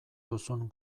duzun